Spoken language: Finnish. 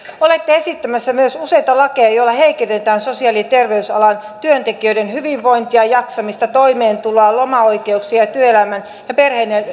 olette esittämässä myös useita lakeja joilla heikennetään sosiaali ja terveysalan työntekijöiden hyvinvointia jaksamista toimeentuloa lomaoikeuksia ja työelämän ja